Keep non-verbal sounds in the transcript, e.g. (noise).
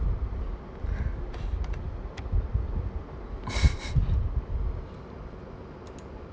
(breath) (laughs)